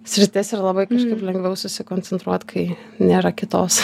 sritis ir labai kažkaip lengviau susikoncentruot kai nėra kitos